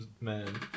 man